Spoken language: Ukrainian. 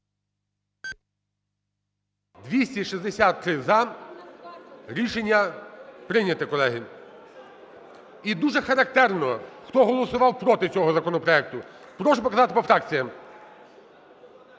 За-263 Рішення прийнято, колеги. І дуже характерно, хто голосував проти цього законопроекту. Прошу показати по фракціях.